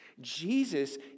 Jesus